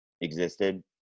existed